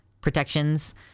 protections